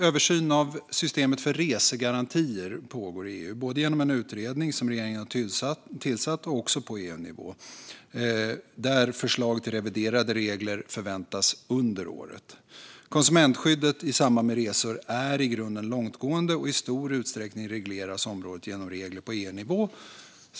Översynen av systemet för resegarantier pågår i EU både genom en utredning som regeringen har tillsatt och på EU-nivå, där förslag till reviderade regler förväntas under året. Konsumentskyddet i samband med resor är i grunden långtgående, och i stor utsträckning regleras området genom regler på EU-nivå.